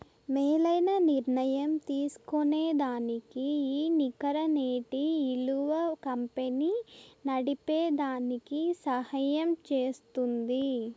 మేలైన నిర్ణయం తీస్కోనేదానికి ఈ నికర నేటి ఇలువ కంపెనీ నడిపేదానికి సహయం జేస్తుంది